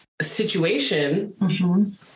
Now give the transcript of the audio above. situation